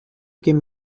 ким